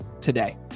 today